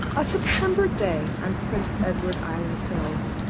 a september day on prince edward island hills